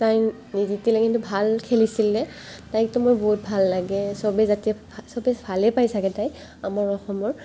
তাই নিজিতিলে কিন্তু ভাল খেলিছিলে তাইকতো মোৰ বহুত ভাল লাগে চবেই যাতে চবেই ভালেই পাই চাগে তাইক আমাৰ অসমৰ